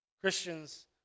Christians